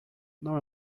não